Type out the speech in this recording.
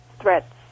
threats